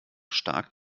stark